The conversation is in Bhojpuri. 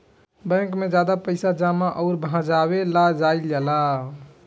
बैंक में ज्यादे पइसा जमा अउर भजावे ला जाईल जाला